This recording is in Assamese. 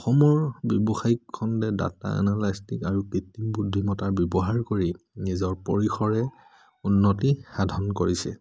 অসমৰ ব্যৱসায়িক খণ্ডে ডাটা এনালাইষ্টিক আৰু কৃত্ৰিম বুদ্ধিমতাৰ ব্যৱহাৰ কৰি নিজৰ পৰিসৰে উন্নতি সাধন কৰিছে